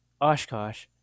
Oshkosh